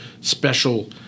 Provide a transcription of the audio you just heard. special